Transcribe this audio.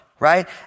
right